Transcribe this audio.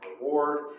reward